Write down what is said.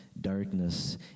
darkness